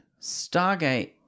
stargate